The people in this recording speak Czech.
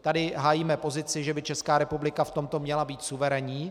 Tady hájíme pozici, že by Česká republika v tomto měla být suverénní.